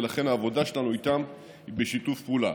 ולכן העבודה שלנו איתן היא בשיתוף פעולה.